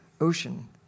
ocean